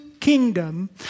kingdom